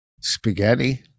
Spaghetti